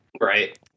Right